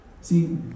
See